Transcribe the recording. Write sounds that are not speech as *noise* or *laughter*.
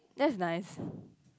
that's nice *breath*